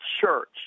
church